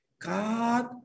God